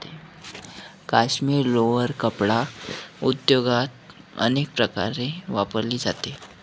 काश्मिरी लोकर कापड उद्योगात अनेक प्रकारे वापरली जाते